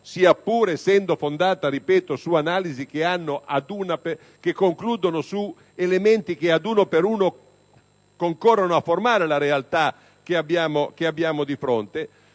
(sia pure essendo fondata, ripeto, su analisi che concludono su elementi che, ad uno ad uno, concorrono a formare la realtà che abbiamo di fronte),